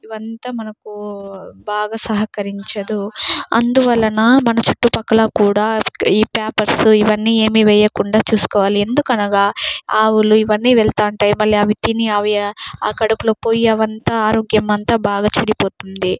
ఇవంత మనకు బాగా సహకరించదు అందువలన మన చుట్టుపక్కల కూడా ఈ పేపర్స్ ఇవన్నీ ఏమీ వేయకుండా చూసుకోవాలి ఎందుకనగా ఆవులు ఇవన్నీ వెళ్తూవుంటాయ్ మళ్ళీ అవి తిని అవి ఆ కడుపులో పోయి అవంతా ఆరోగ్యం అంత బాగా చెడిపోతుంది